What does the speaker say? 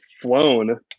flown